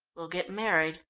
we'll get married,